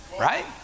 right